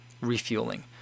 refueling